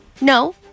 No